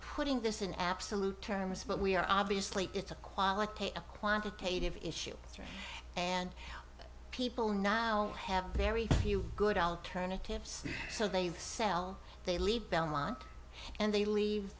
putting this in absolute terms but we are obviously it's a quality a quantitative issue and people now have very few good alternatives so they sell they leave belmont and they leave